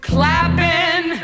Clapping